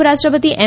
ઉપરાષ્ટ્રપતિ એમ